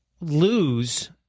lose